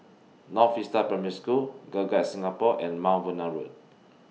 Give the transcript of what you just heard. North Vista Primary School Girl Guides Singapore and Mount Vernon Road